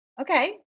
Okay